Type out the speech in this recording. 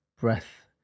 breath